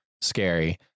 scary